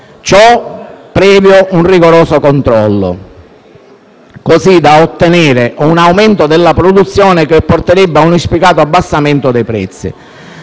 ciò previo un rigoroso controllo, così da ottenere un aumento della produzione che porterebbe a un auspicato abbassamento dei prezzi.